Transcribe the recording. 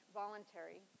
voluntary